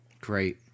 Great